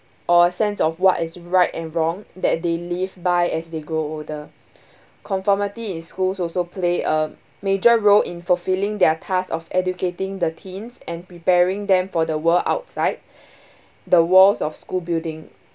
or a sense of what is right and wrong that they lived by as they grow older conformity east schools also play a major role in fulfilling their task of educating the teens and preparing them for the world outside the walls of school building